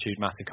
massive